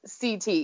CT